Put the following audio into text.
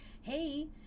hey